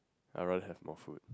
I rather have more food